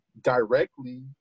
directly